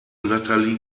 natalie